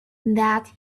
that